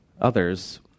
Others